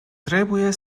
trebuie